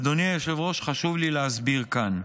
אדוני היושב-ראש, חשוב לי להסביר כאן: